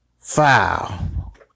foul